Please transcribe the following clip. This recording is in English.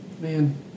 man